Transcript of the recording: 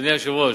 אדוני היושב-ראש,